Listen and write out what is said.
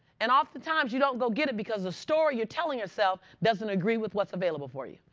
and oftentimes, you don't go get it because the story you're telling yourself doesn't agree with what's available for you.